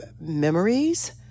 memories